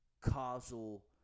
causal